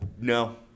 No